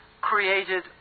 created